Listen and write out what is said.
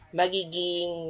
magiging